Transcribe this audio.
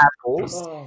Apples